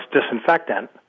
disinfectant